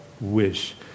wish